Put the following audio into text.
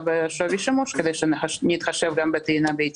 בשווי שימוש כדי שנתחשב גם בטעינה ביתית.